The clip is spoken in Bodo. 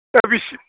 बेसे